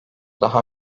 daha